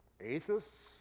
atheists